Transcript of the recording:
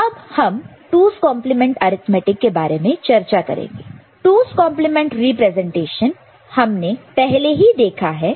तो अब हम 2's complement arithmetic 2's complement arithmetic के बारे में चर्चा करेंगे 2's complement number representation 2's complement number representation हमने पहले ही देखा है